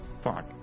Fuck